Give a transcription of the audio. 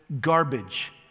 garbage